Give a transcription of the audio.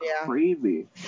crazy